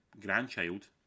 grandchild